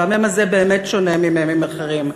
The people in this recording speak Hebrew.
והמ"ם הזה באמת שונה ממ"מים אחרים.